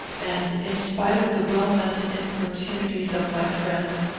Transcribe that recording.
and, in spite of the well-meant importunities of my friends,